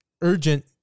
urgent